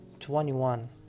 21